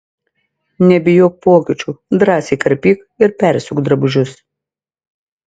nebijok pokyčių drąsiai karpyk ir persiūk drabužius